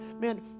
man